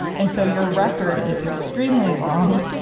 and so your record is extremely long.